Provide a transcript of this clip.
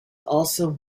also